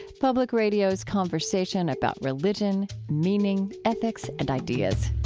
public radio's conversation about religion, meaning, ethics, and ideas.